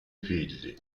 figli